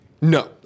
No